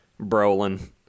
Brolin